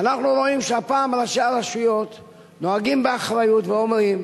ואנחנו רואים שהפעם ראשי הרשויות נוהגים באחריות ואומרים: